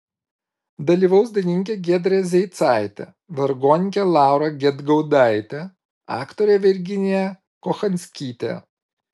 dalyvaus dainininkė giedrė zeicaitė vargonininkė laura gedgaudaitė aktorė virginija kochanskytė